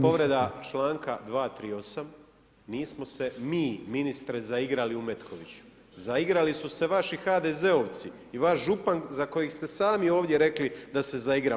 Povreda članka 238., nismo se mi ministre zaigrali u Metkoviću, zaigrali su se vaši HDZ-ovci i vaš župan za kojeg ste sami ovdje rekli da se zaigrao.